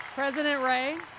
president ray,